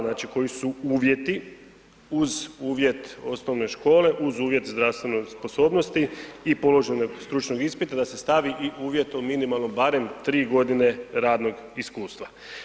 Znači koji su uvjeti uz uvjet osnovne škole, uz uvjet zdravstvene sposobnosti i položenog stručnog ispita da se stavi i uvjet o minimalnom barem 3 godine radnog iskustva.